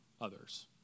others